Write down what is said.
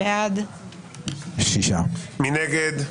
מי נגד?